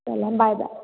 चला bye bye